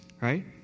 Right